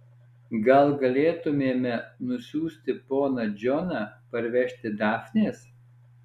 gal galėtumėme nusiųsti poną džoną parvežti dafnės